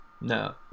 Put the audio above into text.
no